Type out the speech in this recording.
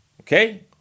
okay